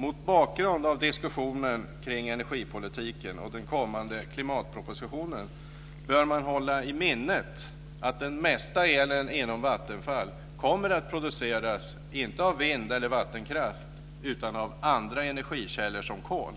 Mot bakgrund av diskussionen kring energipolitiken och den kommande klimatpropositionen bör man hålla i minnet att den mesta elen inom Vattenfall kommer att produceras, inte av vind eller vattenkraft utan av andra energikällor som kol.